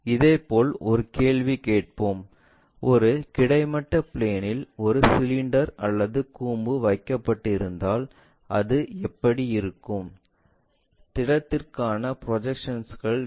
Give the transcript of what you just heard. இப்போது ஒரு கேள்வி கேட்போம் ஒரு கிடைமட்ட பிளேன்இல் ஒரு சிலிண்டர் அல்லது கூம்பு வைக்கப்பட்டிருந்தால் அது எப்படி இருக்கும் திடத்திற்கான ப்ரொஜெக்ஷன்ஸ்கள் என்ன